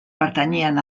pertanyien